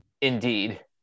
Indeed